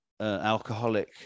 Alcoholic